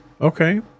Okay